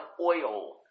oil